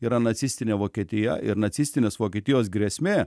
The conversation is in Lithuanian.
yra nacistinė vokietija ir nacistinės vokietijos grėsmė